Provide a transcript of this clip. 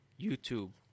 YouTube